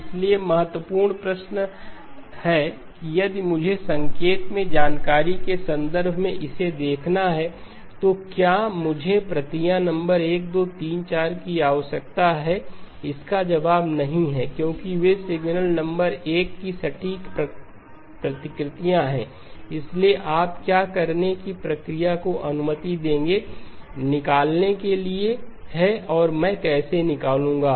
इसलिए महत्वपूर्ण प्रश्न यह है कि यदि मुझे संकेत में जानकारी के संदर्भ में इसे देखना है तो क्या मुझे प्रतियां नंबर 1 2 3 4 की आवश्यकता है इसका जवाब नहीं है क्योंकि वे सिग्नल नंबर 1 की सटीक प्रतिकृतियां हैं इसलिए आप क्या करने की प्रक्रिया को अनुमति देंगे निकालने के लिए है और मैं कैसे निकालूंगा